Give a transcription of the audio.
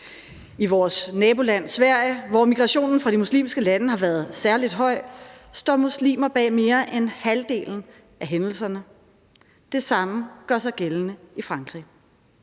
I vores naboland Sverige, hvor migrationen fra de muslimske nabolande har været særlig høj, står muslimer bag mere end halvdelen af hændelserne. Det samme gør sig gældende i Frankrig.